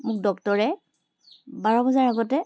মোক ডক্টৰে বাৰ বজাৰ আগতে